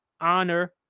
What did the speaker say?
honor